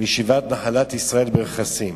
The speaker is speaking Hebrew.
מישיבת "נחלת ישראל" ברכסים,